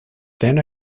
then